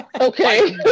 okay